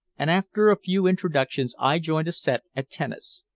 and after a few introductions i joined a set at tennis.